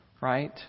Right